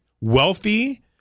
wealthy